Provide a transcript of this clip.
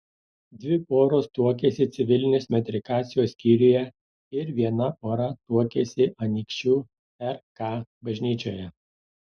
dvi poros tuokėsi civilinės metrikacijos skyriuje ir viena pora tuokėsi anykščių rk bažnyčioje